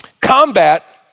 Combat